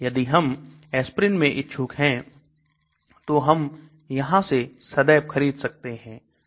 यदि हम aspirin मैं इच्छुक हैं तो हम यहां से सदैव खरीद सकते हैं